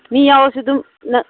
ꯃꯤ ꯌꯥꯎꯔꯁꯨ ꯑꯗꯨꯝ ꯅꯪ